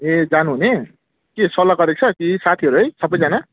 ए जानु हुने के सल्लाह गरेको छ कि साथीहरू है सबैजना